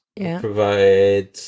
provide